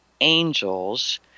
angels